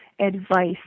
advice